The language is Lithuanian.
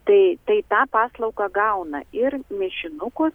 tai tai tą paslaugą gauna ir mišinukus